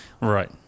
Right